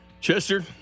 chester